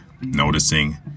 noticing